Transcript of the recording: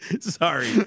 Sorry